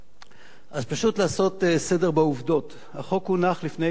אז פשוט לעשות סדר בעובדות: החוק הונח לפני כשנה,